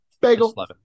bagel